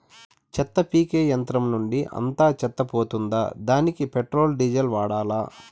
చెత్త పీకే యంత్రం నుండి అంతా చెత్త పోతుందా? దానికీ పెట్రోల్, డీజిల్ వాడాలా?